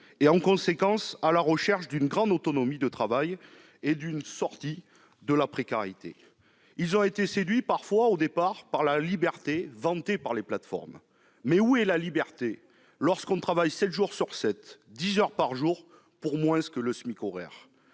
et, en conséquence, à la recherche d'une grande autonomie de travail et d'une sortie de la précarité. Au départ, ils ont été séduits, parfois, par la liberté vantée par les plateformes. Mais où est la liberté lorsqu'on travaille sept jours sur sept et dix heures par jour pour moins que le SMIC horaire ?